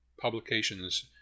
publications